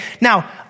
now